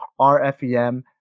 RFEM